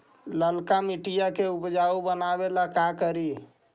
लालका मिट्टियां के उपजाऊ बनावे ला का करी?